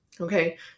Okay